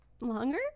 longer